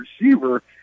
receiver